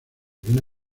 divina